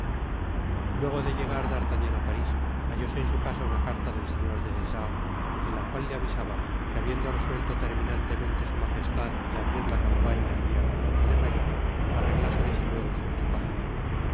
luego de ltegar d artagnan á paris hallóse en su casa nna carta del señor des essarts en la cual le avisaba que habiendo resuelto terminantemente su majestad et abrir la campaña el dial de mayo arreglase desde luego su equipaje